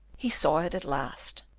he saw it at last,